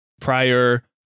prior